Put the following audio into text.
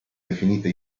definita